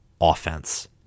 offense